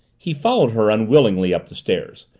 he followed her unwillingly up the stairs,